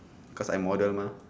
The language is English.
because I model mah